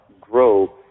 grow